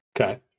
Okay